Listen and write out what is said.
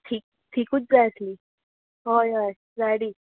thick थिकूच जाय ती हय हय जाडी